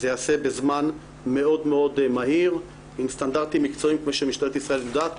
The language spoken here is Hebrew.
זה יעשה בזמן מאוד מהיר עם סטנדרטים מקצועיים כמו שמשטרת ישראל יודעת,